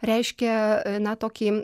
reiškia na tokį